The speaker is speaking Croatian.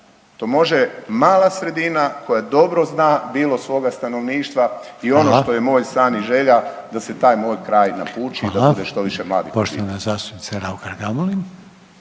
To može mala sredina koja dobro zna bilo svoga stanovništva i ono što je moj san i želja da se taj moj kraj napuči i da bude što više mladih obitelji.